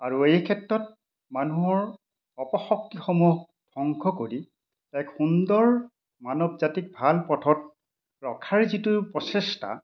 আৰু এই ক্ষেত্ৰত মানুহৰ অপশক্তিসমূহক ধ্বংস কৰি এক সুন্দৰ মানৱ জাতিক ভাল পথত ৰখাৰ যিটো প্ৰচেষ্টা